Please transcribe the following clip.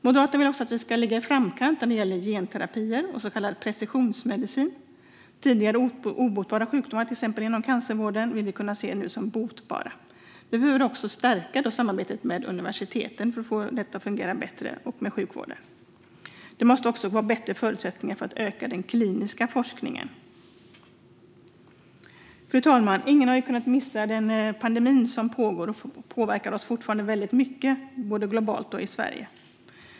Moderaterna vill också att vi ska ligga i framkant när det gäller genterapier och så kallad precisionsmedicin. Tidigare obotbara sjukdomar, till exempel inom cancervården, vill vi kunna se som botbara. Vi behöver också stärka samarbetet mellan universiteten och sjukvården för att få detta att fungera bättre. Det måste också finnas bättre förutsättningar för att öka den kliniska forskningen. Fru talman! Ingen har kunnat missa hur den fortfarande pågående pandemin har påverkat och fortfarande påverkar oss både globalt och i Sverige.